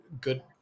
good